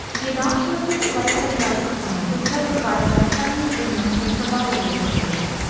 the adoption of this slightly pedagogic tone was justified by the prevalent ignorance and frivolity of the age.